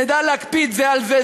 אם נדע להקפיד זה על זה,